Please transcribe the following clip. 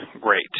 great